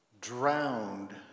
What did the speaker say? drowned